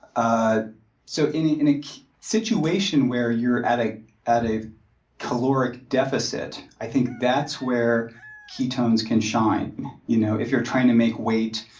ah so, in a in a situation where you're at a at a caloric deficit, i think that's where ketones can shine you know if you're trying to make weight,